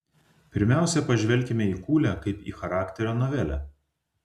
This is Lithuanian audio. pirmiausia pažvelkime į kūlę kaip į charakterio novelę